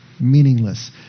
meaningless